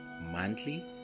monthly